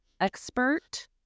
expert